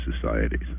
societies